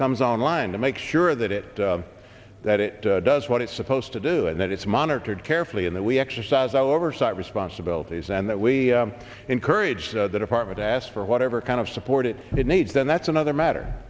comes online to make sure that it that it does what it's supposed to do and that it's monitored carefully and that we exercise oversight responsibilities and that we encourage the department asked for whatever kind of support it needs then that's another matter